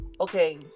okay